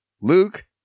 Luke